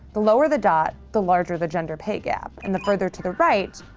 the lower the dot, the larger the gender pay gap. and the further to the right,